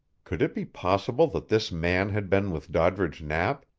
could it be possible that this man had been with doddridge knapp,